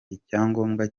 icyangombwa